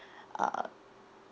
uh